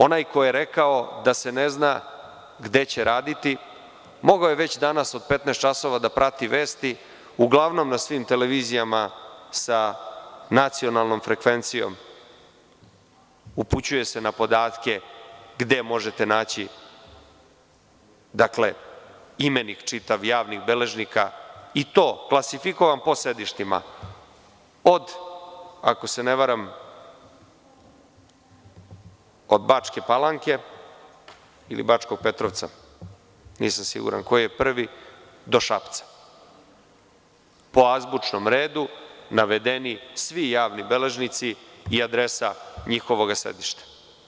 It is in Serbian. Onaj ko je rekao da se ne zna gde će raditi, mogao je već danas od 15.00 časova da prati vesti uglavnom na svim televizijama sa nacionalnom frekvencijom, upućuje se na podatke gde možete naći, dakle, čitav imenik javni beležnika, i to klasifikovan po sedištima od, ako se ne varam, Bačke Palanke ili Bačkog Petrovca nisam siguran koji je prvi do Šapca, po azbučnom redu navedeni svi javni beležnici i adresa njihovog sedišta.